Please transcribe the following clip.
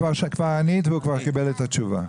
כבר ענית והוא קיבל את התשובה.